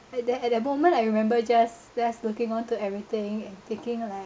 at that at that moment I remember just just looking on to everything and taking like